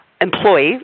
employee